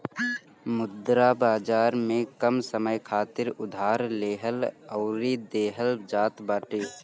मुद्रा बाजार में कम समय खातिर उधार लेहल अउरी देहल जात बाटे